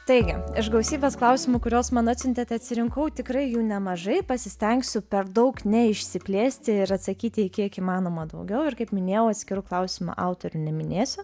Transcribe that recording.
taigi iš gausybės klausimų kuriuos man atsiuntėt atsirinkau tikrai jų nemažai pasistengsiu per daug neišsiplėsti ir atsakyti į kiek įmanoma daugiau ir kaip minėjau atskirų klausimų autorių neminėsiu